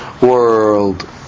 world